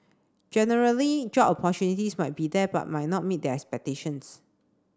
generally job opportunities might be there but might not meet their expectations